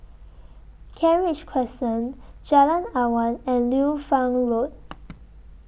Kent Ridge Crescent Jalan Awan and Liu Fang Road